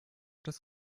das